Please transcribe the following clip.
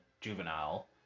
juvenile